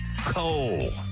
Cole